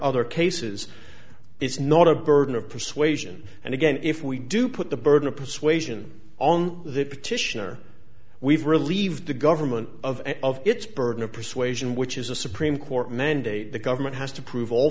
other cases it's not a burden of persuasion and again if we do put the burden of persuasion on the petitioner we've relieved the government of its burden of persuasion which is a supreme court mandate the government has to prove all